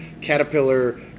caterpillar